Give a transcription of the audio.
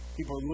People